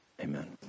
Amen